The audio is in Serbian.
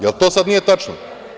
Jel to sad nije tačno?